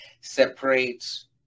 separates